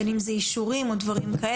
בין אם אלה אישורים או דברים כאלה.